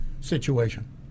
situation